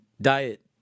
Diet